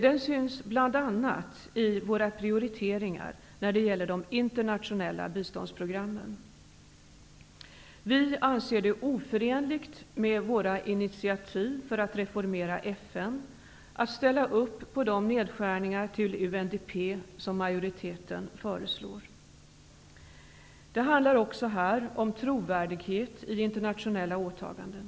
Den syns bl.a. i våra prioriteringar när det gäller de internationella biståndsprogrammen. Vi Socialdemokrater anser det oförenligt med Sveriges initiativ till att reformera FN att ställa upp på de nedskärningar till UNDP som majoriteten föreslår. Det handlar också här om trovärdighet i internationella åtaganden.